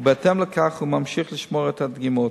ובהתאם לכך הוא ממשיך לשמור את הדגימות.